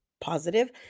positive